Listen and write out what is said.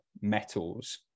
metals